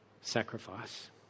sacrifice